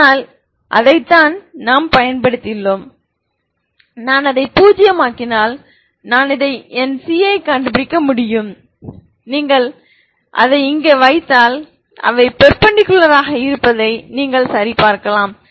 அதனால் அதைத்தான் நான் பயன்படுத்தினேன் நான் அதை பூஜ்ஜியமாக்கினால் நான் இதை என் c யைக் கண்டுபிடிக்க முடியும் நீங்கள் அதை இங்கே வைத்தால் அவை பெர்பெண்டிகுலர் ஆக இருப்பதை நீங்கள் சரிபார்க்கலாம்